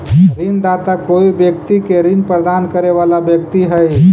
ऋणदाता कोई व्यक्ति के ऋण प्रदान करे वाला व्यक्ति हइ